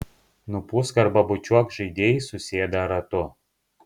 nupūsk arba bučiuok žaidėjai susėda ratu